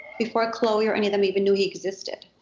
before khloe or any of them even knew he existed.